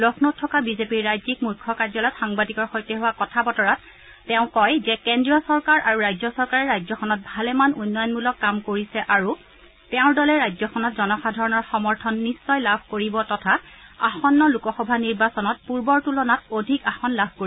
লক্ষ্ণৌত থকা বিজেপিৰ ৰাজ্যিক মুখ্য কাৰ্যালয়ত সাংবাদিকৰ সৈতে হোৱা কথাবতৰাত তেওঁ কয় যে কেজ্ৰীয় চৰকাৰ আৰু ৰাজ্য চৰকাৰে ৰাজ্যখনত ভালেমান উন্নয়নমূলক কাম কৰিছে আৰু তেওঁৰ দলে ৰাজ্যখনত জনসাধাৰণৰ সমৰ্থন নিশ্চয় লাভ কৰিব তথা আসন্ন লোকসভা নিৰ্বাচনত পূৰ্বৰ তূলনাত অধিক আসন লাভ কৰিব